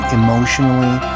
emotionally